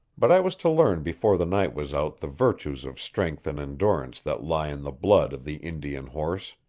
but i was to learn before the night was out the virtues of strength and endurance that lie in the blood of the indian horse.